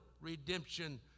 redemption